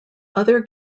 other